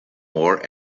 more